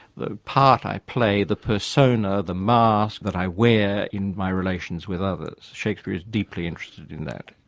the part i play, the persona, the mask that i wear in my relations with others, shakespeare is deeply interested in that,